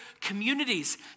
communities